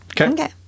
Okay